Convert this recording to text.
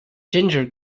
ginger